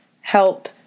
help